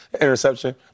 interception